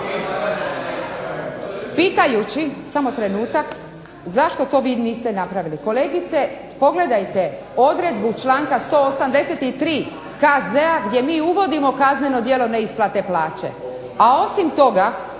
pitajući, samo trenutak, zašto to vi niste napravili. Kolegice, pogledajte odredbu članka 183. KZ-a gdje mi uvodimo kazneno djelo neisplate plaće. A osim toga,